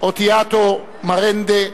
אותיאדו מרנדה,